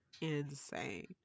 insane